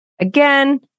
Again